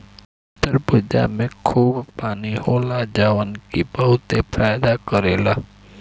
तरबूजा में खूब पानी होला जवन की बहुते फायदा करेला